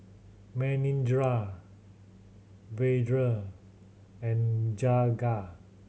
Manindra Vedre and Jagat